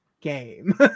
game